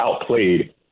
outplayed